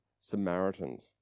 Samaritans